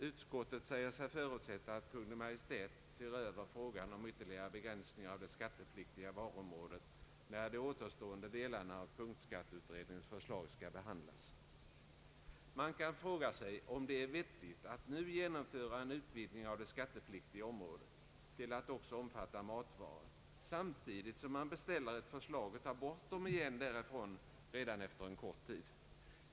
Utskottet säger sig förutsätta, att Kungl. Maj:t ser över frågan om ytterligare begränsningar av det skattepliktiga varuområdet, när de återstående delarna av punktskatteutredningens förslag skall behandlas. Man kan fråga sig om det är vettigt att nu genomföra en utvidgning av det skattepliktiga området till att omfatta matvaror samtidigt som man beställer ett förslag att ta bort dem därifrån redan efter en kort tid.